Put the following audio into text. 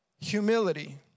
humility